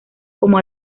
como